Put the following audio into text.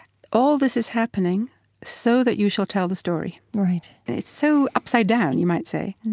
all this is happening so that you shall tell the story right it's so upside-down, you might say,